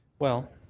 well,